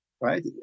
right